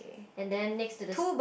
and then next to the